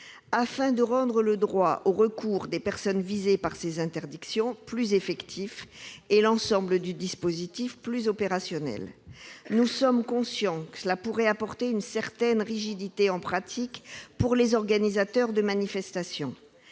afin de rendre le droit au recours des personnes visées par ces interdictions plus effectif, et l'ensemble du dispositif plus opérationnel. Nous sommes conscients que cela pourrait créer, en pratique, une certaine rigidité pour les organisateurs de manifestations,